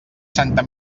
santa